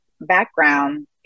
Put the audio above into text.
background